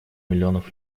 миллионов